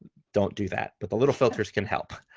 don't do that. but the little filters can help.